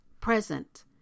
present